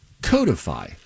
Codify